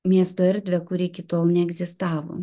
miesto erdvę kuri iki tol neegzistavo